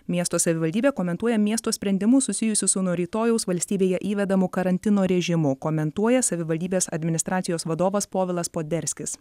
miesto savivaldybė komentuoja miesto sprendimus susijusius su nuo rytojaus valstybėje įvedamu karantino režimu komentuoja savivaldybės administracijos vadovas povilas poderskis